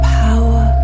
power